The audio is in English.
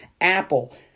Apple